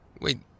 Wait